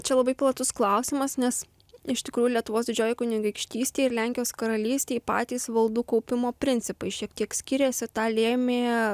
čia labai platus klausimas nes iš tikrųjų lietuvos didžiojoj kunigaikštystėj ir lenkijos karalystėj patys valdų kaupimo principai šiek tiek skiriasi tą lėmė